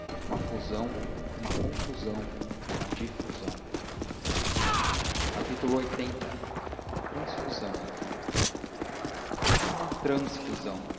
uma fusão uma confusão uma difusão lxxx transfusão enfim uma transfusão